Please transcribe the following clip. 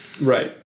Right